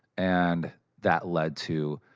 and that led to.